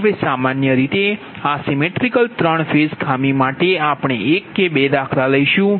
હવે સામાન્ય રીતે આ symmetrical સિમેટ્રિકલ ત્રણ ફેઝ ખામી માટે આપણે એક કે બે દાખલા લઇશુ